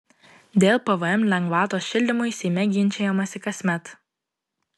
dėl pvm lengvatos šildymui seime ginčijamasi kasmet